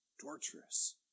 Torturous